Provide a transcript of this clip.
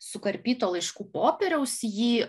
sukarpyto laiškų popieriaus jį